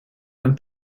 einen